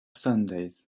sundays